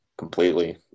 completely